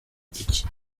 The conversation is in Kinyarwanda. iki